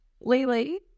Lily